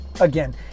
Again